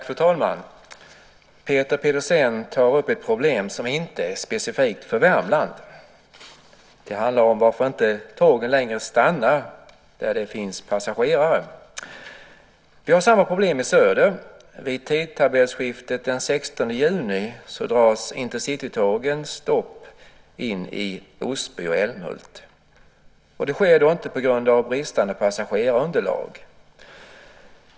Fru talman! Peter Pedersen tar upp ett problem som inte är specifikt för Värmland. Det handlar om varför tågen inte längre stannar där det finns passagerare. Vi har samma problem i söder. Vid tidtabellsskiftet den 16 juni dras Intercitytågens stopp in i Osby och Älmhult. Det sker inte på grund av bristande passagerarunderlag.